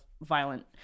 violent